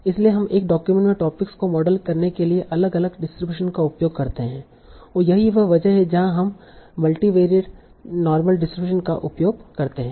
इसलिए हम एक डॉक्यूमेंट में टॉपिक्स को मॉडल करने के लिए अलग अलग डिस्ट्रीब्यूशन का उपयोग करते हैं और यही वह जगह है जहां हम मल्टीवेरिएट नार्मल डिस्ट्रीब्यूशन का उपयोग करते हैं